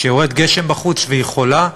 כשיורד גשם בחוץ והיא חולה,